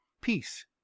peace